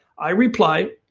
i reply.